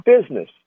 business